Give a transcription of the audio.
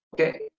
Okay